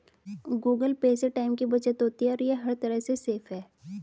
Google Pay से time की बचत होती है और ये हर तरह से सेफ है